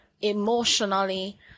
emotionally